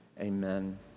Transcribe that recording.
Amen